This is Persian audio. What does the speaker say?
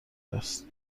است